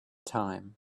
time